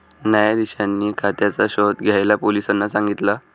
न्यायाधीशांनी खात्याचा शोध घ्यायला पोलिसांना सांगितल